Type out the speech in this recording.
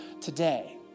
today